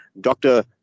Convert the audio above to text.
Doctor